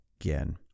again